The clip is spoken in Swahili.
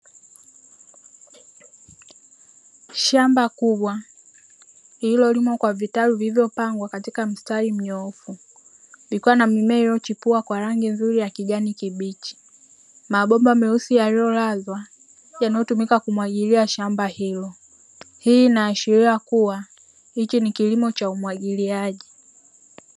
Shamba kubwa lililolimwa kwa vitalu vilivyopangwa katika mstari mnyoofu. Vikiwa na mimea iliyochipua kwa rangi nzuri ya kijani kibichi. Mabomba meusi yaliyolazwa yanayotumika kumwagilia shamba hilo, hii inaashiria kuwa hiki ni kilimo cha umwagiliaji.